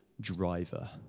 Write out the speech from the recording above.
driver